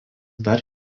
dar